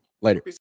Later